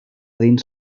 dins